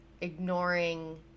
ignoring